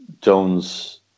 Jones